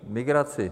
Migraci.